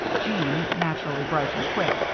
jeanne, naturally bright and quick,